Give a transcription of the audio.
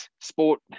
sport